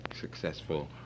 successful